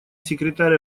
секретарь